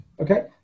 Okay